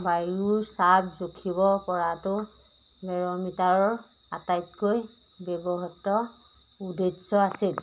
বায়ুৰ চাপ জুখিব পৰাটো বেৰ'মিটাৰৰ আটাইতকৈ ব্যৱহৃত উদ্দেশ্য আছিল